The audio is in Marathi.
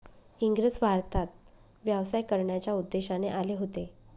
इंग्रज भारतात व्यवसाय करण्याच्या उद्देशाने आले होते